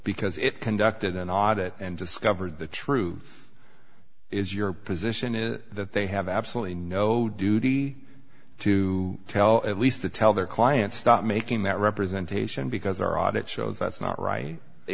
because it conducted an audit and discovered the truth is your position is that they have absolutely no duty to tell at least to tell their client stop making that representation because their audit shows that's not right they